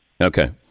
Okay